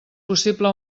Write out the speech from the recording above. possible